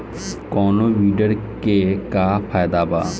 कौनो वीडर के का फायदा बा?